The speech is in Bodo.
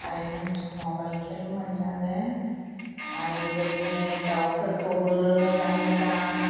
आरो जोङो समाव गाइखेरबो मोनजागोन आरो बेबायदिनो दाउफोरखौबो मोजां मोजां